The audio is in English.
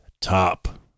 top